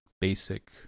basic